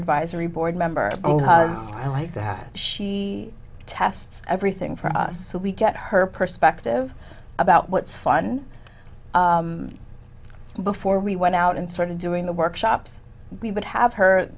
advisory board member like that she tests everything for us so we get her perspective about what's fun before we went out and started doing the workshops we would have her